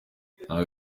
nta